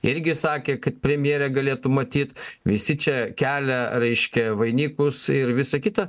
irgi sakė kad premjere galėtų matyt visi čia kelia reiškia vainikus ir visa kita